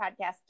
podcast